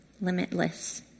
limitless